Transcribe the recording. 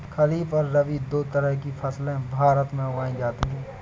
खरीप और रबी दो तरह की फैसले भारत में उगाई जाती है